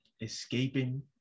escaping